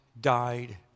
died